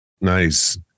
nice